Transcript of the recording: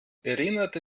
erinnerte